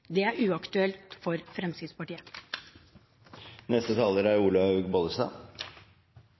Det er uaktuelt for Fremskrittspartiet.